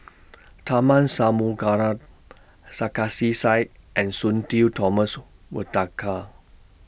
Tharman Sarkasi Said and Sudhir Thomas